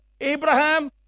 Abraham